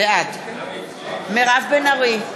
בעד מירב בן ארי,